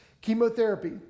chemotherapy